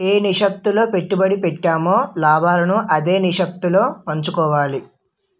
ఏ నిష్పత్తిలో పెట్టుబడి పెట్టామో లాభాలను అదే నిష్పత్తిలో పంచుకోవాలి